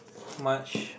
much